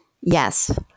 Yes